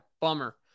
Bummer